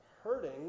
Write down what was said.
hurting